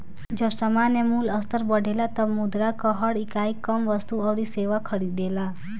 जब सामान्य मूल्य स्तर बढ़ेला तब मुद्रा कअ हर इकाई कम वस्तु अउरी सेवा खरीदेला